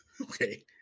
Okay